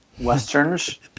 Westerns